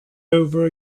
over